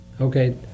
Okay